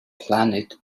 planet